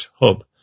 hub